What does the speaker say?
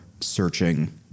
searching